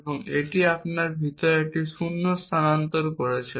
এটি এমন যে আপনি ভিতরে একটি শূন্য স্থানান্তর করছেন